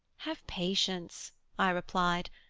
have patience i replied,